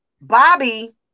Bobby